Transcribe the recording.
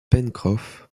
pencroff